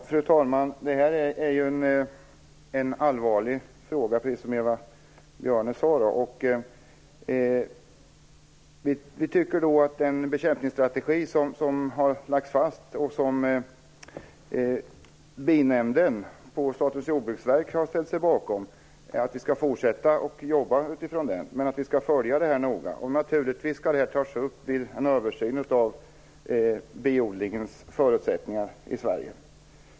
Fru talman! Detta är en allvarlig fråga, precis som Eva Björne sade. Vi tycker att vi skall fortsätta att jobba utifrån den bekämpningsstrategi som har lagts fast och som binämnden på Statens jordbruksverk har ställt sig bakom. Vi skall följa det här noga. Naturligtvis skall det tas upp vid en översyn av biodlingens förutsättningar i Sverige.